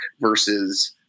versus